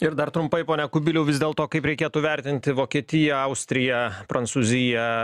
ir dar trumpai pone kubiliau vis dėlto kaip reikėtų vertinti vokietiją austriją prancūziją